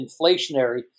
inflationary